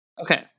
Okay